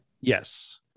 Yes